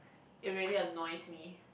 it really annoys me